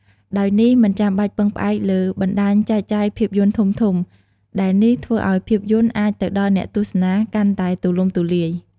ដោយនេះមិនចាំបាច់ពឹងផ្អែកលើបណ្ដាញចែកចាយភាពយន្តធំៗ ដែលនេះធ្វើឱ្យភាពយន្តអាចទៅដល់អ្នកទស្សនាកាន់តែទូលំទូលាយ។